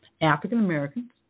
African-Americans